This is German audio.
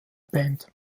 band